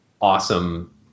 awesome